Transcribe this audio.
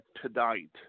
tonight